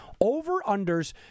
over-unders